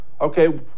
okay